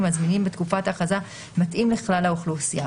הזמינים בתקופת ההכרזה מתאים לכלל האוכלוסייה,